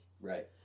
Right